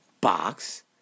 box